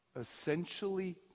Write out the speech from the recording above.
Essentially